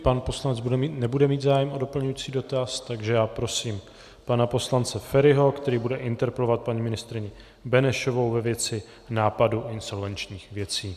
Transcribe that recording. Pan poslanec bude mít nebude mít zájem o doplňující dotaz, takže prosím poslance Feriho, který bude interpelovat paní ministryni Benešovou ve věci nápadu insolvenčních věcí.